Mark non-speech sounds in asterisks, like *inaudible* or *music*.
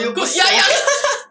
我也不想 *laughs*